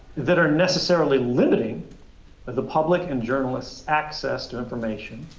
that are necessarily limiting the public and journalists' access to information,